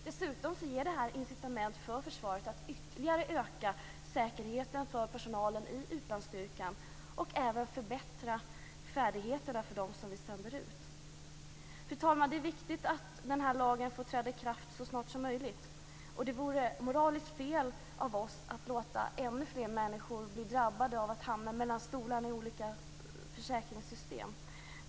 Dessutom ger det här incitament för försvaret att ytterligare öka säkerheten för personalen i utlandsstyrkan och även förbättra färdigheterna för dem som vi sänder ut. Fru talman! Det är viktigt att den här lagen från träda i kraft så snart som möjligt. Det vore moraliskt fel av oss att låta ännu fler människor bli drabbade av att hamna mellan stolarna i olika försäkringssystem.